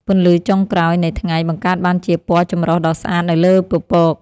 ពន្លឺចុងក្រោយនៃថ្ងៃ បង្កើតបានជាពណ៌ចម្រុះដ៏ស្អាតនៅលើពពក។